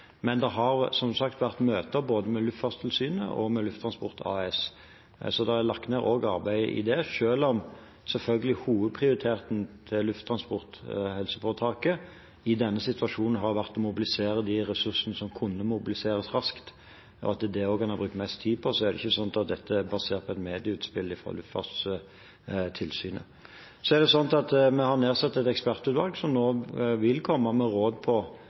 Men det har som sagt vært møter med både Luftfartstilsynet og Lufttransport AS, så det er lagt ned arbeid i det også, selv om hovedprioriteten til helseforetaket i denne situasjonen selvfølgelig har vært å mobilisere de ressursene som kunne mobiliseres raskt. Det er også det en har brukt mest tid på. Det er ikke sånn at dette er basert på et medieutspill fra Luftfartstilsynet. Vi har nedsatt et ekspertutvalg som nå vil komme med råd